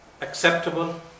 acceptable